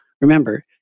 remember